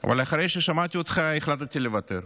אבל אחרי ששמעתי אותך החלטתי לוותר.